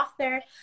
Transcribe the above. author